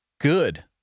good